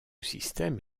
système